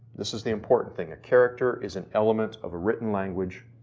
this is the important thing. a character is an element of a written language,